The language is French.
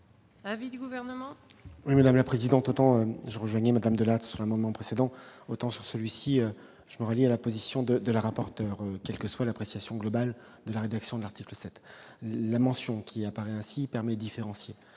L'avis du gouvernement. Madame la présidente, autant je rejoignais Madame Delatte sur un moment précédent autant sur celui-ci, je me rallie à la position de de la rapporteure, quelle que soit l'appréciation globale de la rédaction de l'article 7 la mention qui apparaît ainsi permis différenciés,